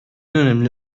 önemli